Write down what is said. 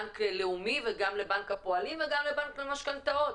בנק לאומי וגם לבנק הפועלים וגם לבנקים למשכנתאות.